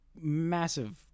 massive